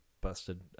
busted